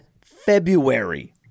February